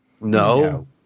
No